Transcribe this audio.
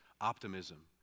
optimism